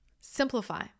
Simplify